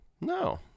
No